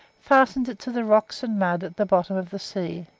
fastened it to the rocks and mud at the bottom of the sea,